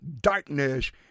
darkness